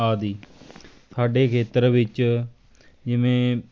ਆਦਿ ਸਾਡੇ ਖੇਤਰ ਵਿੱਚ ਜਿਵੇਂ